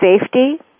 safety